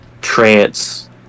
trance